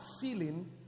feeling